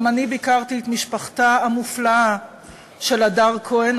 גם אני ביקרתי את משפחתה המופלאה של הדר כהן,